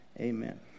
amen